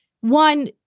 one